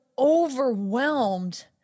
overwhelmed